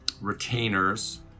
retainers